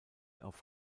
auf